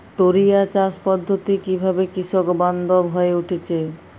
টোরিয়া চাষ পদ্ধতি কিভাবে কৃষকবান্ধব হয়ে উঠেছে?